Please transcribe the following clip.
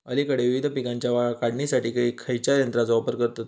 अलीकडे विविध पीकांच्या काढणीसाठी खयाच्या यंत्राचो वापर करतत?